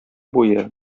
буе